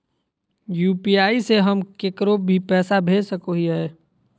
UPI से हम केकरो भी पैसा भेज सको हियै?